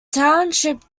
township